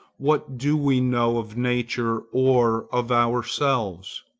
what do we know of nature or of ourselves?